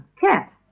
cat